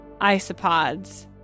isopods